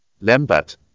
Lambert